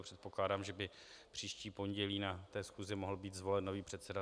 Předpokládám, že by příští pondělí na schůzi mohl být zvolen nový předseda.